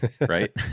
right